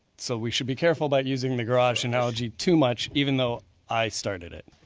so we should be careful about using the garage analogy too much even though i started it.